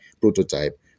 prototype